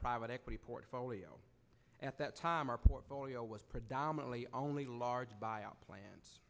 private equity portfolio at that time our portfolio was predominately only large buyout plans